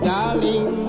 Darling